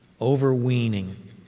overweening